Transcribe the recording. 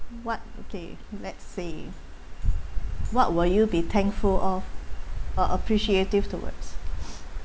what okay let's say what will you be thankful of or appreciative towards